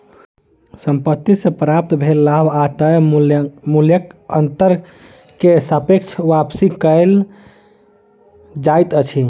संपत्ति से प्राप्त भेल लाभ आ तय मूल्यक अंतर के सापेक्ष वापसी कहल जाइत अछि